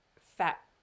fat